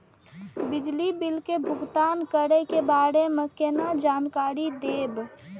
बिजली बिल के भुगतान करै के बारे में केना जानकारी देब?